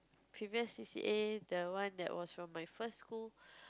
previous C_C_A the one that was from my first school